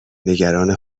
نگران